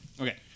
Okay